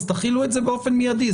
אז תחילו את זה באופן מיידי,